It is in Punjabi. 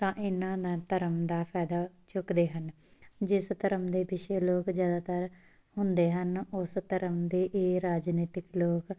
ਤਾਂ ਇਨ੍ਹਾਂ ਨਾਲ ਧਰਮ ਦਾ ਫਾਇਦਾ ਚੁੱਕਦੇ ਹਨ ਜਿਸ ਧਰਮ ਦੇ ਪਿੱਛੇ ਲੋਕ ਜ਼ਿਆਦਾਤਰ ਹੁੰਦੇ ਹਨ ਉਸ ਧਰਮ ਦੇ ਇਹ ਰਾਜਨੀਤਿਕ ਲੋਕ